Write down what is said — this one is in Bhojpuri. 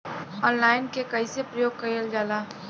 ऑनलाइन के कइसे प्रयोग कइल जाला?